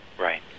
Right